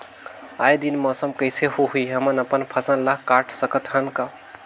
आय दिन मौसम कइसे होही, हमन अपन फसल ल काट सकत हन का?